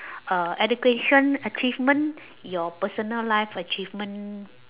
uh education achievement your personal life achievement